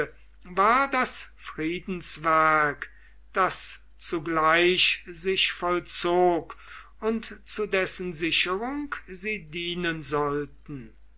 war das friedenswerk das zugleich sich vollzog und zu dessen sicherung sie dienen sollten